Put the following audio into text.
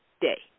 day